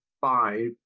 five